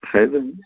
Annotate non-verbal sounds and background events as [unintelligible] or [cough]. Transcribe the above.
[unintelligible]